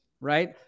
right